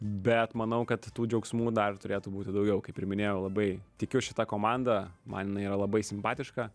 bet manau kad tų džiaugsmų dar turėtų būti daugiau kaip ir minėjau labai tikiu šita komanda man jinai yra labai simpatiška